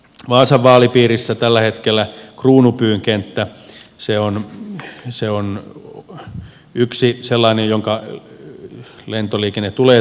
vaasan vaalipiirissä tällä hetkellä kruunupyyn kenttä on yksi sellainen jonka lentoliikenne tulee turvata